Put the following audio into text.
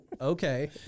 Okay